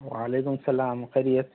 وعلیکم سلام خیریت